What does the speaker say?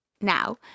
Now